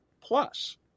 Plus